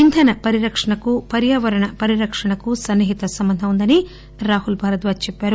ఇంధన పరిరక్షణకు పర్యావరణ పరిరక్షణ కు సన్నిహిత సంబంధం ఉందని రాహుల్ భరద్వాజ్ చెప్పారు